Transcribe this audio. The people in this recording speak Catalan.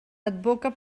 advoca